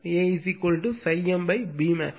எனவே A ∅m Bmax